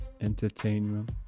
entertainment